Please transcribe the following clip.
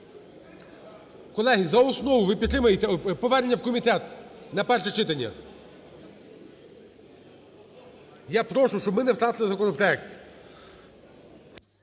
Колеги, за основу ви підтримаєте, повернення у комітет на перше читання? Я прошу, щоб ми не втратили законопроект.